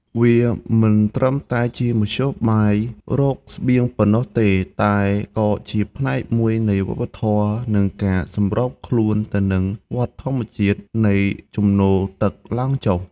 វាមិនត្រឹមតែជាមធ្យោបាយរកស្បៀងប៉ុណ្ណោះទេ តែក៏ជាផ្នែកមួយនៃវប្បធម៌ និងការសម្របខ្លួនទៅនឹងវដ្តធម្មជាតិនៃជំនោរទឹកឡើងចុះ។